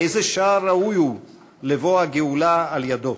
'איזה שער ראוי הוא לבוא הגאולה על ידו?'"